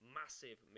massive